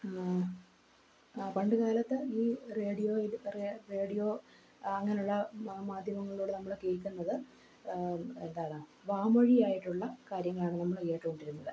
പണ്ടുകാലത്ത് ഈ റേഡിയോയിൽ റേഡിയോ അങ്ങനെയുള്ള മാധ്യമങ്ങളിലൂടെ നമ്മൾ കേൾക്കുന്നത് എന്താണ് വാമൊഴിയായിട്ടുള്ള കാര്യങ്ങളാണ് നമ്മൾ കേട്ടുകൊണ്ടിരുന്നത്